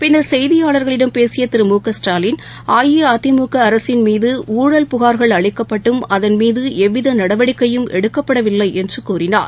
பின்னா் செய்தியாளா்களிடம் பேசியதிரு மு க ஸ்டாலின் அஇஅதிமுகஅரசின் மீதுணழல் புகார்கள் அளிக்கப்பட்டும் அதன் மீதுஎவ்விதநடவடிக்கையும் எடுக்கப்படவில்லைஎன்றுகூறினார்